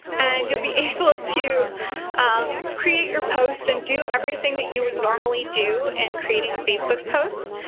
and you'll be able to um create your post and do everything that you would normally do in creating a facebook post.